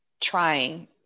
trying